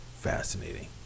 fascinating